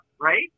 right